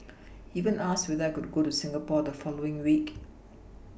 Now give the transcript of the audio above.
even asked whether I could go to Singapore the following week